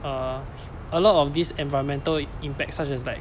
uh a lot of these environmental impacts such as like